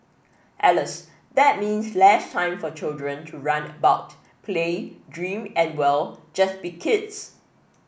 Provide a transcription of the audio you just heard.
alas that means less time for children to run about play dream and well just be kids